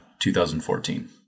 2014